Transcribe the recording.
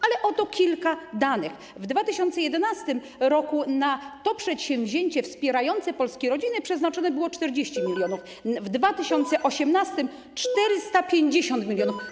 Ale oto kilka danych: w 2011 r. na to przedsięwzięcie wspierające polskie rodziny przeznaczono 40 mln, w 2018 r. - 450 mln.